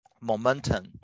momentum